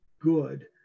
good